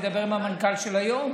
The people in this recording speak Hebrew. אני מדבר עם המנכ"ל של היום.